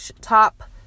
top